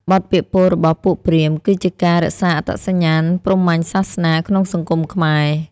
បទពាក្យពោលរបស់ពួកព្រាហ្មណ៍ គឺជាការរក្សាអត្តសញ្ញាណព្រហ្មញ្ញសាសនាក្នុងសង្គមខ្មែរ។